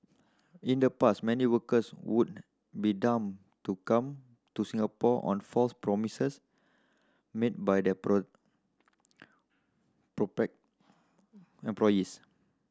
in the past many workers would be duped to come to Singapore on false promises made by their prospect employees